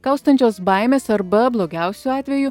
kaustančios baimės arba blogiausiu atveju